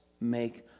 make